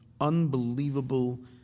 unbelievable